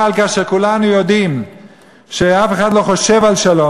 אבל כאשר כולנו יודעים שאף אחד לא חושב על שלום,